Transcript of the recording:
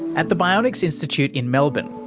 at the bionics institute in melbourne,